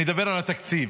אני אדבר על התקציב.